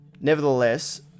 nevertheless